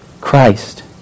Christ